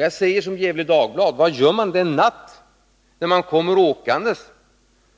Jag säger som man gör i Gefle Dagblad: Vad gör jag den natt då jag kommer åkandes,